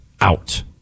out